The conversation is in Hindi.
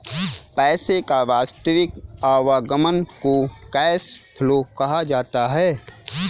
पैसे का वास्तविक आवागमन को कैश फ्लो कहा जाता है